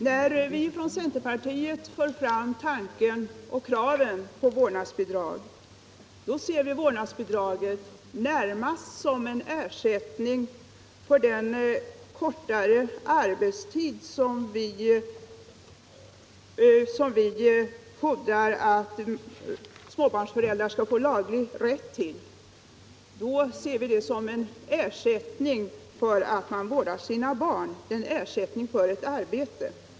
När vi från centerpartiet för fram kraven på vårdnadsbidrag ser vi det närmast som en ersättning för den kortare arbetstid som vi fordrar att småbarnsföräldrar skall få laglig rätt till. Vi ser det som en ersättning för att vårda barn, en ersättning för ett arbete.